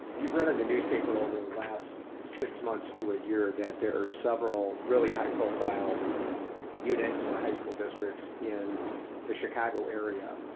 you've read in the newspaper over the last six months to a year that there are several really high profile unit or high school districts in the chicago area,